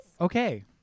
Okay